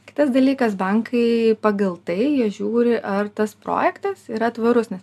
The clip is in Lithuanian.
kitas dalykas bankai pagal tai jie žiūri ar tas projektas yra tvarus nes